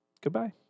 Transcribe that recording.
Goodbye